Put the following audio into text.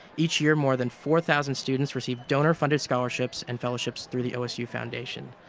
each year more than four thousand students receive donor-funded scholarships and fellowships through the osu foundation.